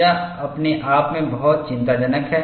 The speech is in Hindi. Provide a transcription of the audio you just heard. यह अपने आप में बहुत चिंताजनक है